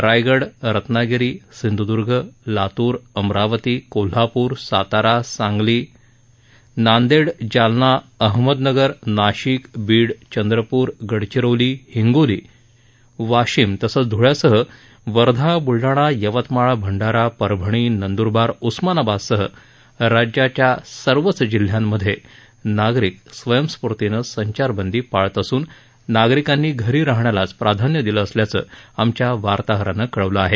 रायगड रत्नागिरी सिंधूदर्ग लातूर अमरावती कोल्हापूर सातारा सांगली नांदेड जालना अहमदनगर नाशिक बीड चंद्रपूर गडचिरोली हिंगोली वाशिम ध्ळ्यासह वर्धा ब्लडाणा यवतमाळ भंडारा परभणी नंदूरबार उस्मानाबादसह राज्याच्या सर्व जिल्ह्यांमध्येही नागरिक स्वयंस्फूर्तीनं संचारबंदी पाळत असून नागरिकांनी घरी राहण्यालाच प्राधान्य दिलं असल्याचं आमच्या वार्ताहरानं कळवलं आहे